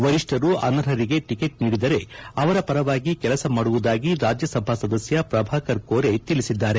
ವರಿಷ್ಠರು ಅನರ್ಹರಿಗೆ ಟಿಕೆಟ್ ನೀಡಿದರೆ ಅವರ ಪರವಾಗಿ ಕೆಲಸ ಮಾಡುವುದಾಗಿ ರಾಜ್ಯಸಭಾ ಸದಸ್ಯ ಪ್ರಭಾಕರ ಕೋರೆ ತಿಳಿಸಿದ್ದಾರೆ